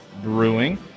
Brewing